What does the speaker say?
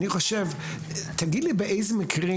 תגיד לי באיזה מקרים,